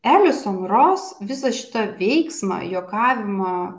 elison ros visą šitą veiksmą juokavimo